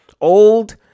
old